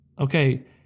okay